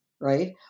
right